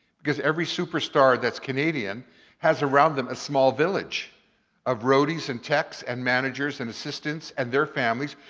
because every superstar that's canadian has around them a small village of roadies and techs and managers and assistants and their families.